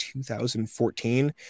2014